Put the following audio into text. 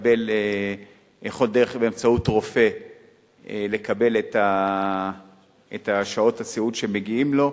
יכול באמצעות רופא לקבל את שעות הסיעוד שמגיעות לו.